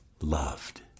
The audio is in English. Loved